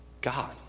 God